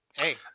Hey